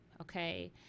okay